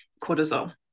cortisol